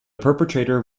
perpetrator